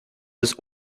bis